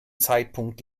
zeitpunkt